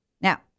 Now